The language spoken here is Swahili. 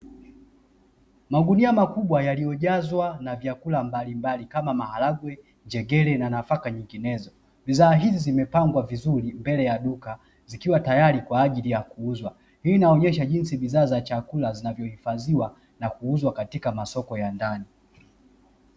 Magunia makubwa yaliyojazwa na vyakula mbalimbali kama vile maharagwe, njegere na nafaka zinginezo, bidhaa hizi zimepangwa vizuri mbele ya duku zikiwa tayari kwa ajili ya kuuzwa. Hii inaonyesha jinsi bidhaa za chakula zinavyohifadhiwa na kuuzwa katika masoko ya ndani.